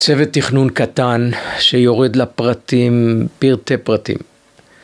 צוות תכנון קטן שיורד לפרטים, פרטי פרטים.